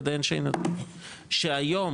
שהיום,